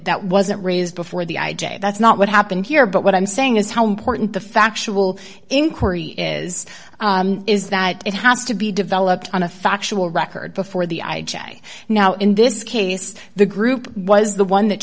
that wasn't raised before the i j a that's not what happened here but what i'm saying is how important the factual inquiry is is that it has to be developed on a factual record before the i j a now in this case the group was the one that